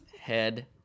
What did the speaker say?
head